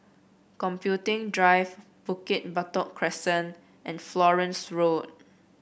Computing Drive Bukit Batok Crescent and Florence Road